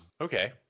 Okay